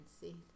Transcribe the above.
see